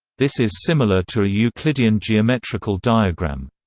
this is similar to a euclidean geometrical diagram.